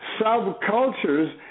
subcultures